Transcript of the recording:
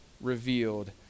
revealed